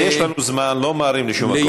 יש לנו זמן, לא ממהרים לשום מקום.